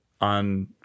on